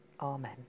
Amen